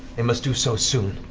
and must do so soon.